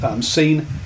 scene